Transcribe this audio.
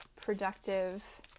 productive